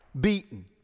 beaten